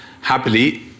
happily